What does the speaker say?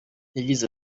yagize